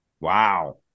Wow